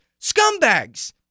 Scumbags